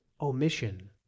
omission